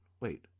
Wait